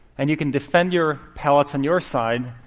and you can defend your pellets on your side.